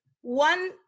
one